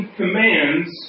commands